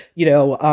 you know,